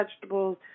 vegetables